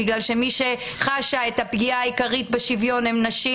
אלה שחשות את הפגיעה העיקרית בשוויון הן נשים